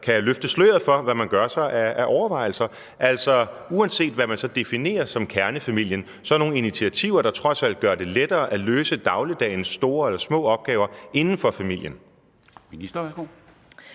kunne løfte sløret for, i forhold til hvad man gør sig af overvejelser, uanset hvad man så definerer som kernefamilien – altså nogle initiativer, der trods alt gør det lettere at løse dagligdagens store eller små opgaver inden for familien.